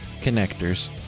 connectors